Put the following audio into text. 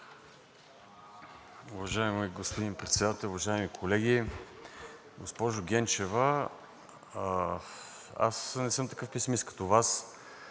Уважаеми господин Председател, уважаеми колеги! Госпожо Генчева, не съм такъв песимист като Вас.